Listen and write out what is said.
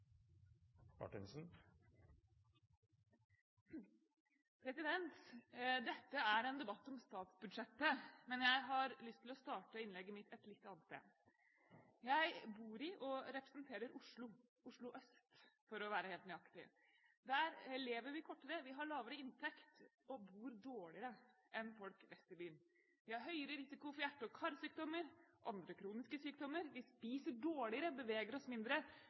løyvde. Dette er en debatt om statsbudsjettet, men jeg har lyst til å starte innlegget mitt et litt annet sted. Jeg bor i og representerer Oslo – Oslo øst, for å være helt nøyaktig. Der lever vi kortere, vi har lavere inntekt, og vi bor dårligere enn folk vest i byen. Vi har høyere risiko for hjerte- og karsykdommer og andre kroniske sykdommer, vi spiser dårligere og beveger oss mindre